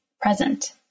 present